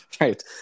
Right